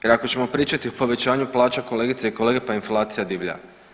Jer ako ćemo pričati o povećanju plaća, kolegice i kolege, pa inflacija divlja.